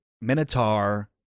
Minotaur